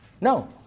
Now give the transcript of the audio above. No